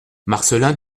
marcelin